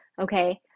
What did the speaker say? okay